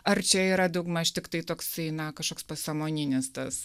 ar čia yra daugmaž tiktai toksai na kažkoks pasąmoninis tas